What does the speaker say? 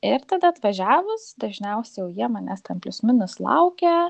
ir tada atvažiavus dažniausiai jau jie manęs ten plius minus laukia